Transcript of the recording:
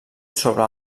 sobre